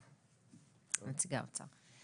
נציגי האוצר.